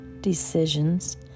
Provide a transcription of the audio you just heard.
decisions